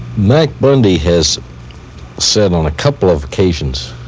mac bundy has said on a couple of occasions,